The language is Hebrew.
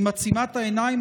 אם עצימת העיניים,